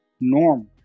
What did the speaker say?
norm